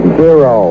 zero